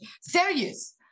serious